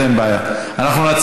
ועדת הפנים.